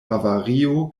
bavario